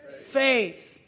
Faith